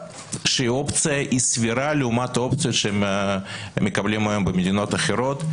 כשהאופציה היא סבירה לעומת האופציות שהם מקבלים היום במדינות אחרות.